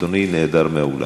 אדוני נעדר מהאולם.